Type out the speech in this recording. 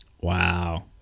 Wow